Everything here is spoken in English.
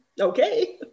Okay